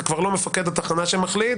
זה כבר לא מפקד התחנה שמחליט,